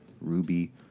Ruby